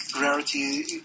Rarity